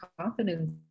confidence